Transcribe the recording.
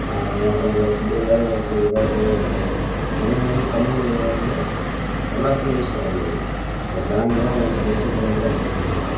மற்றமற்ற இடத்துக்கு வேலை வாய்ப்பு எதுக்காவது போறது அதே மாதிரி தமிழ் மொழியை வந்து எல்லாத்துக்கும் யூஸ் பண்ணமுடியாது இப்போ பேங்குலாம் ஒரு சில விசயத்துக்குதான் யூஸ் பண்ணமுடியும்